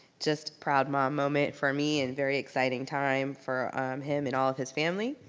just a proud mom moment for me and very exciting time for him and all of his family.